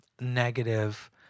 negative